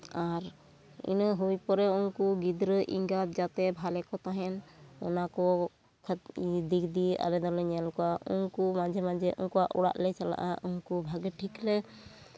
ᱟᱨ ᱤᱱᱟᱹ ᱦᱩᱭ ᱯᱚᱨᱮ ᱩᱱᱠᱩ ᱜᱤᱫᱽᱨᱟᱹ ᱮᱸᱜᱟᱛ ᱡᱟᱛᱮ ᱵᱷᱟᱞᱮ ᱠᱚ ᱛᱟᱦᱮᱱ ᱚᱱᱟ ᱠᱚ ᱫᱤᱠ ᱫᱤᱭᱮ ᱟᱞᱮ ᱫᱚᱞᱮ ᱧᱮᱞ ᱠᱚᱣᱟ ᱩᱱᱠᱩ ᱢᱟᱡᱷᱮ ᱢᱟᱡᱷᱮ ᱩᱱᱠᱩᱣᱟᱜ ᱚᱲᱟᱜ ᱞᱮ ᱪᱟᱞᱟᱜᱼᱟ ᱩᱱᱠᱩ ᱵᱷᱟᱜᱮ ᱴᱷᱤᱠ ᱞᱮ